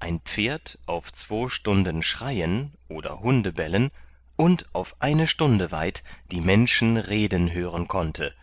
ein pferd auf zwo stunden schreien oder hunde bellen und auf eine stunde weit die menschen reden hören konnte